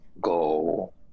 go